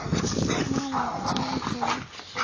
ᱱᱚᱶᱟ ᱞᱟᱠᱪᱟᱨ ᱫᱚ